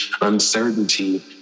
uncertainty